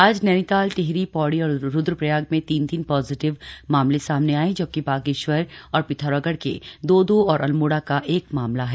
आज नैनीताल टिहरी पौड़ी और रुद्रप्रयाग से तीन तीन पॉजिटिव मामले सामने आये हैं जबकि बागेश्वर और पिथौरागढ़ के दो दो और अल्मोड़ा का एक मामला है